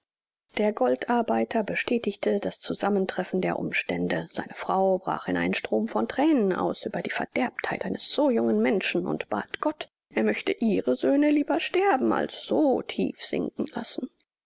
der goldarbeiter bestätigte das zusammentreffen der umstände seine frau brach in einen strom von thränen aus über die verderbtheit eines so jungen menschen und bat gott er möchte ihre söhne lieber sterben als so tief sinken lassen